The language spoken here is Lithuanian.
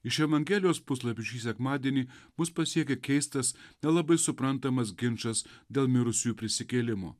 iš evangelijos puslapių šį sekmadienį mus pasiekia keistas nelabai suprantamas ginčas dėl mirusiųjų prisikėlimo